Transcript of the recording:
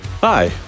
Hi